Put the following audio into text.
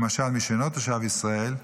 למשל מי שאינו תושב ישראל,